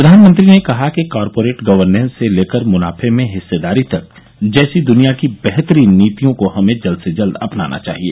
प्रधानमंत्री ने कहा कि कॉरपोरेट गवर्नेस से लेकर मुनाफे में हिस्सेदारी तक जैसी दुनिया की बेहतरीन नीतियों को हमें जल्द से जल्द अपनाना चाहिए